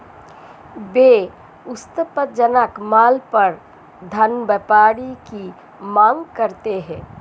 वे असंतोषजनक माल पर धनवापसी की मांग करते हैं